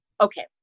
okay